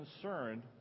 concerned